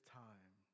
time